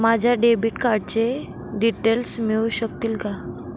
माझ्या डेबिट कार्डचे डिटेल्स मिळू शकतील का?